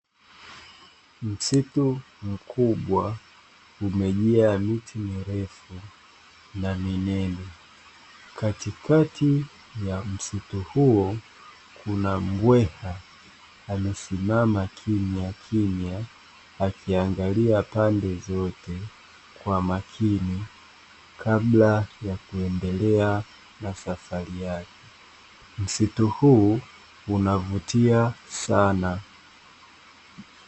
Msitu mkubwa umejaa miti mirefu na minene, katikati ya msitu huo kuna mbweha amesimama kimyakimya akiangalia pande zote kwa makini kabla ya kuendelea na safari yake. Msitu huu unavutia sana.